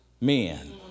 men